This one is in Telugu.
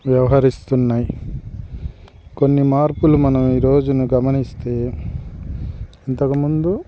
వ్యవహరిస్తున్నాయి కొన్ని మార్పులు మనం ఈ రోజును గమనిస్తే ఇంతకుముందు